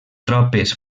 tropes